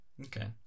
okay